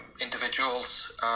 individuals